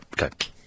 Okay